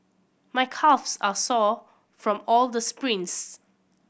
my calves are sore from all the sprints